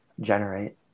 generate